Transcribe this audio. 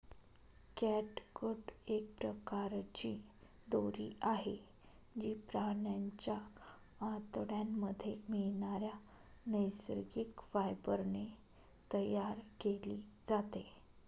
catgut एक प्रकारची दोरी आहे, जी प्राण्यांच्या आतड्यांमध्ये मिळणाऱ्या नैसर्गिक फायबर ने तयार केली जाते